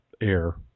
air